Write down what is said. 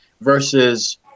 versus